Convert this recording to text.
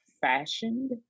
fashioned